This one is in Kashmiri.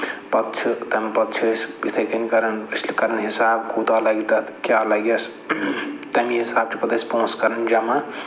پَتہٕ چھِ تَمہِ پَتہٕ چھِ أسۍ یِتھَے کٔنۍ کران أسۍ کران حِساب کوٗتاہ لَگہِ تَتھ کیٛاہ لَگٮ۪س تَمی حِسابہٕ چھِ پَتہٕ أسۍ پونٛسہٕ کران جمع